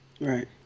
Right